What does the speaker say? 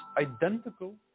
identical